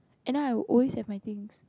and I would always have my things